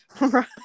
Right